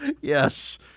Yes